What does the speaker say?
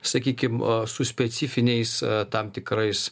sakykim su specifiniais tam tikrais